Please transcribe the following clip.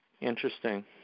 Interesting